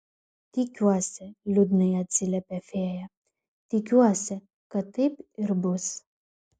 tikiuosi liūdnai atsiliepė fėja tikiuosi kad taip ir bus